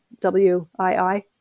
WII